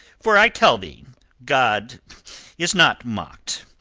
for i tell thee god is not mocked.